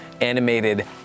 animated